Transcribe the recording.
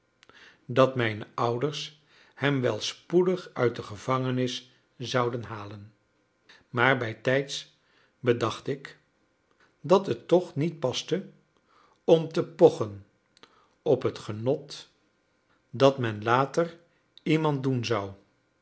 dat mijne ouders hem wel spoedig uit de gevangenis zouden halen maar bijtijds bedacht ik dat het toch niet paste om te pochen op het genot dat men later iemand doen zou